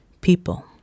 people